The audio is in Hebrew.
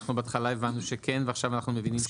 ואנחנו בהתחלה הבנו שכן ועכשיו אנחנו מבינים שלא.